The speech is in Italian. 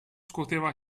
scuoteva